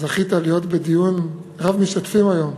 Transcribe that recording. זכית להיות בדיון רב משתתפים היום.